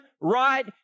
right